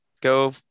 go